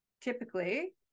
typically